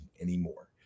anymore